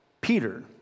Peter